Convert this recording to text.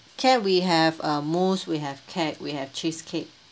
can we have a mousse we have cake we have cheesecake